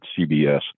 CBS